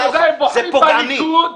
אז עדיין בוחרים בליכוד,